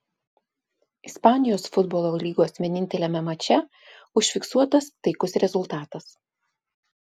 ispanijos futbolo lygos vieninteliame mače užfiksuotas taikus rezultatas